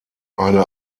eine